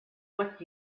what